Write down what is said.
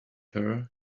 her